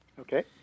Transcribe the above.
Okay